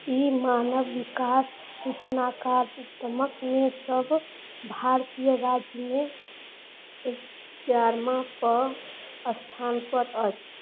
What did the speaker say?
ई मानव विकास सूचनाकाङ्कमे सभ भारतीय राज्यमे ग्यारहमपर स्थानपर अछि